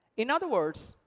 in other words,